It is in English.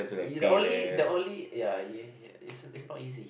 it only the only ya ya~ is is not easy